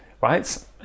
right